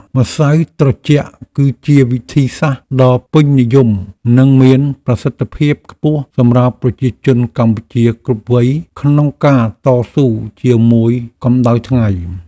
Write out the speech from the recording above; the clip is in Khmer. ម្ស៉ៅត្រជាក់គឺជាវិធីសាស្ត្រដ៏ពេញនិយមនិងមានប្រសិទ្ធភាពខ្ពស់សម្រាប់ប្រជាជនកម្ពុជាគ្រប់វ័យក្នុងការតស៊ូជាមួយកម្តៅថ្ងៃ។